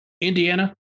Indiana